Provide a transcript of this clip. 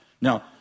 Now